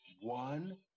one